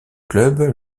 clubs